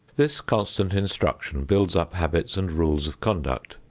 this constant instruction builds up habits and rules of conduct,